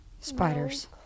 spiders